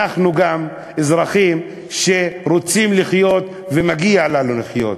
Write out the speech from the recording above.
אנחנו גם אזרחים שרוצים לחיות, ומגיע לנו לחיות.